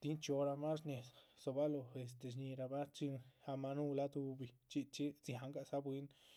tin chxíoramah shnédza dzobalóho este shñíhirabah chin ahmah núhula dúhubi, chxí chxí dzián gadza bwín.